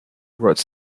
wrote